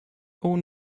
own